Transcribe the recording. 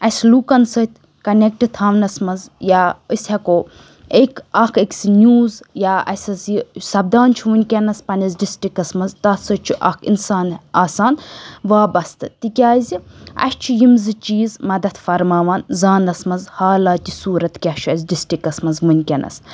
اَسہِ لوٗکَن سۭتۍ کَنیٚکٹہٕ تھاونَس منٛز یا أسۍ ہیٚکو أکۍ اَکھ أکۍ سٕنٛدۍ نیوٗز یا اَسہِ حظ یہِ سَپدان چھُ وُنکٮ۪نَس پنٕنِس ڈِسٹرکَس منٛز تَتھ سۭتۍ چھُ اَکھ اِنسان آسان وابسطہٕ تِکیٛازِ اَسہِ چھُ یِم زٕ چیٖز مَدَتھ فَرماوان زاننَس منٛز حالاتہِ صوٗرَت کیٛاہ چھُ اَسہِ ڈِسٹرکَس منٛز وُنکٮ۪نَس